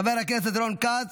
קראת אותי?